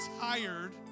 tired